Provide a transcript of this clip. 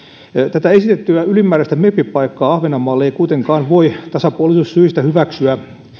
tätä esitettyä ylimääräistä meppipaikkaa ahvenanmaalle ei kuitenkaan voi tasapuolisuussyistä hyväksyä